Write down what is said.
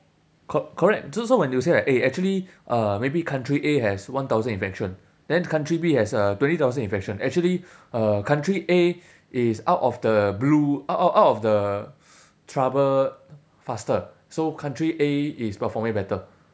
co~ correct so so when you say like eh actually uh maybe country A has one thousand infection then country B has uh twenty thousand infection actually uh country A is out of the blue out of out of the trouble faster so country A is performing better